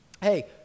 hey